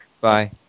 Bye